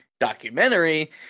documentary